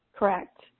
Correct